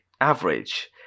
average